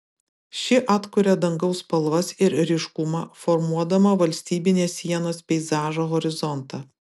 ši atkuria dangaus spalvas ir ryškumą formuodama valstybinės sienos peizažo horizontą